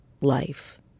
life